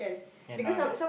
cannot